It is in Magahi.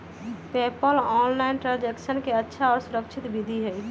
पेपॉल ऑनलाइन ट्रांजैक्शन के अच्छा और सुरक्षित विधि हई